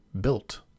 built